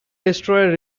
destroyer